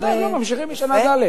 בוודאי, הם ממשיכים בשנה ד'.